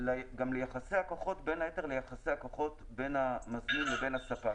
גם ליחסי הכוחות, בין היתר, בין המזמין לבין הספק.